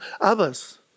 others